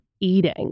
eating